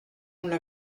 una